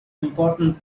important